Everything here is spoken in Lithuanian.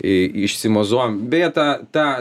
į išsimozojom beje tą tą